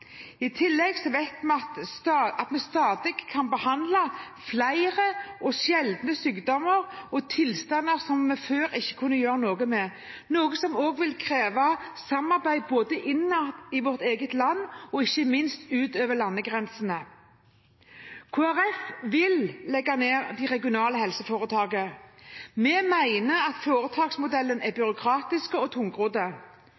I tillegg vet man at vi stadig kan behandle flere og sjeldne sykdommer og tilstander som vi før ikke kunne gjøre noe med, noe som også vil kreve samarbeid både innad i vårt eget land og – ikke minst